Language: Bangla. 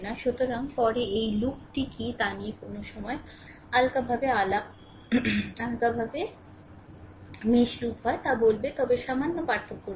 সুতরাং পরে এটি লুপটি কি তা কোনও সময় আলগাভাবে আলাপ মেশ লুপ হয় তা বলবে তবে সামান্য পার্থক্য রয়েছে